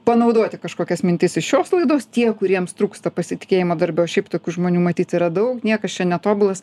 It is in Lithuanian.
panaudoti kažkokias mintis iš šios laidos tie kuriems trūksta pasitikėjimo darbe o šiaip tokių žmonių matyt yra daug niekas čia netobulas